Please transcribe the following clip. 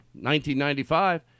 1995